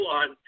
on